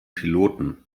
piloten